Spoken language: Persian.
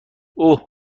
اوه